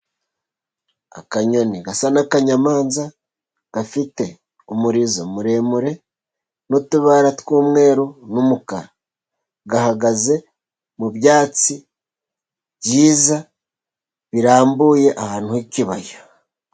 Akanyoni gasa n'akanyamanza, gafite umurizo muremure, n'utubara tw'umweru n'umukara. Gahagaze mu byatsi byiza, birambuye ahantu h'ikibaya.